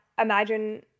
imagine